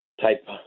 type